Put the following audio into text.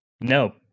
No